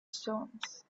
stones